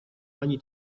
ani